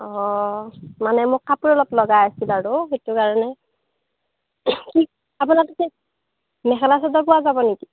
অ' মানে মোক কাপোৰ অলপ লগা আছিল আৰু সেইটো কাৰণে আপোনাৰ তাতে মেখেলা চাদৰ পোৱা যাব নেকি